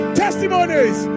testimonies